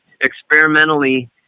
experimentally